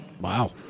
Wow